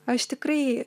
aš tikrai